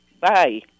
Bye